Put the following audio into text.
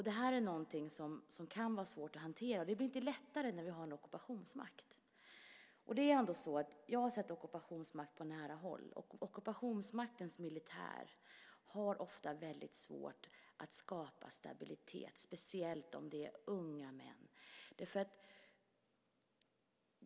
Det här är någonting som kan vara svårt att hantera. Det blir inte lättare när vi har en ockupationsmakt. Jag har sett ockupationsmakt på nära håll. Ockupationsmaktens militär har ofta väldigt svårt att skapa stabilitet, speciellt om det är unga män som är inblandade.